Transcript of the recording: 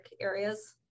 areas